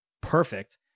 Perfect